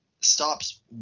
stops